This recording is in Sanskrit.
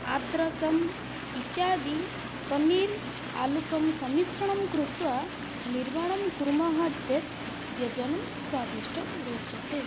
आद्रकम् इत्यादि पन्नीर् आलुकं सम्मिश्रणं कृत्वा निर्माणं कुर्मः चेत् व्यञ्जनं स्वादिष्टं रोचते